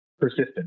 persistent